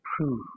Prove